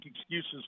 excuses